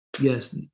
Yes